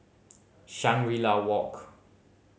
Shangri La Walk